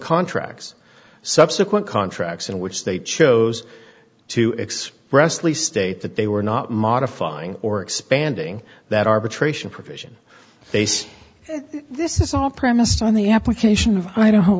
contracts subsequent contracts in which they chose to expressly state that they were not modifying or expanding that arbitration provision base this is all premised on the application of idaho